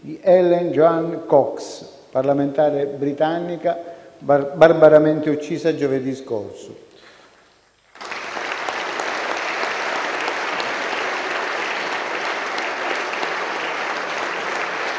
di Helen Joanne Cox, parlamentare britannica barbaramente uccisa giovedì scorso.